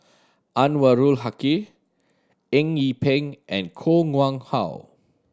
Anwarul Haque Eng Yee Peng and Koh Nguang How